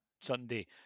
Sunday